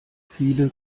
viele